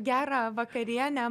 gerą vakarienę